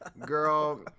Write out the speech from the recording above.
Girl